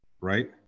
right